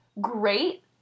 great